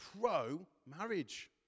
pro-marriage